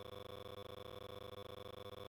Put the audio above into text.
רייצ'ל יורה